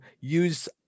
use